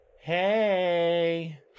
Hey